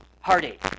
heartache